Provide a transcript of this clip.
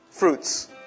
Fruits